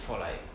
for like